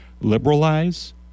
liberalize